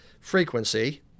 frequency